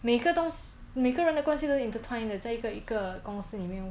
每个东西每个人的关系都 intertwined 的在一个一个公司里面